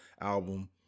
album